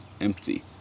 empty